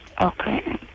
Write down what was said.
Okay